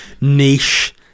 niche